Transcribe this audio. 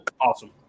Awesome